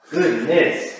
Goodness